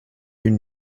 une